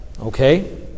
okay